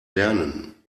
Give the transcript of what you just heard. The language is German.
lernen